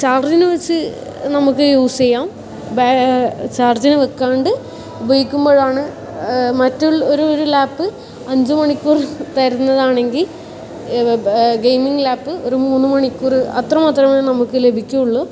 ചാർജ്ജിന് വെച്ച് നമുക്ക് യൂസ് ചെയ്യാം ബാ ചാർജ്ജിന് വയ്ക്കാണ്ട് ഉപയോഗിക്കുമ്പോഴാണ് മറ്റുള്ള ഒരു ഒരു ലാപ്പ് ഒരു അഞ്ച് മണിക്കൂർ തരുന്നതാണെങ്കിൽ ഗെയിമിങ് ലാപ്പ് ഒരു മൂന്ന് മണിക്കൂർ അത്ര മാത്രമേ നമുക്ക് ലഭിക്കുള്ളൂ